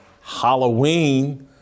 Halloween